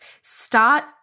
start